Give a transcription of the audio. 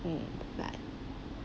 mm but